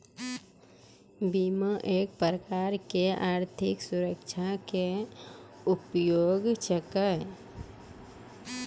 बीमा एक प्रकारो के आर्थिक सुरक्षा के उपाय छिकै